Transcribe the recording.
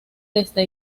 desde